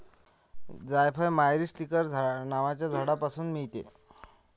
जायफळ मायरीस्टीकर नावाच्या झाडापासून मिळते